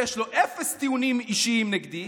יש לו אפס טיעונים אישיים נגדי,